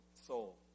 soul